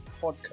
podcast